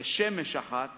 כשמש אחת